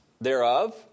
thereof